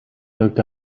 looked